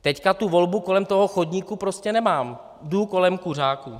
Teď tu volbu kolem toho chodníku prostě nemám, jdu kolem kuřáků.